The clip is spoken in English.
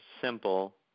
simple